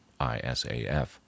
ISAF